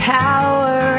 power